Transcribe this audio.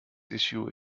issue